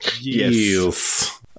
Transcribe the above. Yes